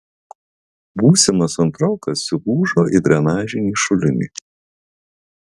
būsimas antrokas įlūžo į drenažinį šulinį